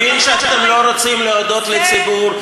אני מבין שאתם לא רוצים להודות בציבור,